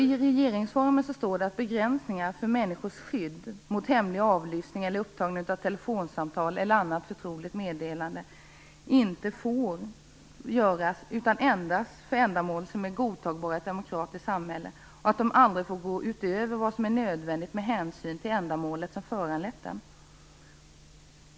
I regeringsformen står det att begränsningar av människors skydd mot hemlig avlyssning eller upptagning av telefonsamtal eller annat förtroligt meddelande får göras endast för ändamål som är godtagbara i ett demokratiskt samhälle och att de aldrig får gå utöver vad som är nödvändigt med hänsyn till ändamålet som föranlett dem.